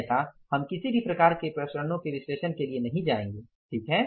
अन्यथा हम किसी भी प्रकार के प्रसरणओं के विश्लेषण के लिए नहीं जाएंगे ठीक है